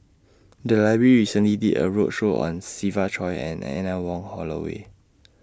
The Library recently did A roadshow on Siva Choy and Anne Wong Holloway